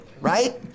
Right